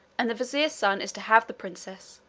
and the vizier's son is to have the princess.